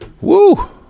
Woo